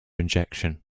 injection